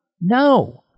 No